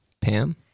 Pam